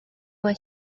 were